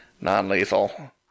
Non-lethal